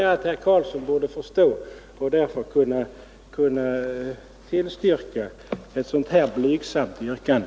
Det borde herr Karlsson i Huskvarna förstå och därför också kunna tillstyrka ett sådant här blygsamt yrkande.